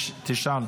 שאל.